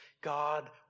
God